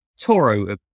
toro